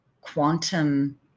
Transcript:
quantum